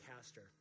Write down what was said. caster